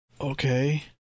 okay